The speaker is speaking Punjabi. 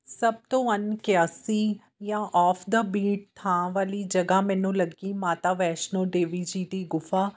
ਸਭ ਤੋਂ ਅਨਕਿਆਸੀ ਜਾਂ ਔਫ ਦਾ ਬੀਟ ਥਾਂ ਵਾਲੀ ਜਗ੍ਹਾ ਮੈਨੂੰ ਲੱਗੀ ਮਾਤਾ ਵੈਸ਼ਨੋ ਦੇਵੀ ਜੀ ਦੀ ਗੁਫ਼ਾ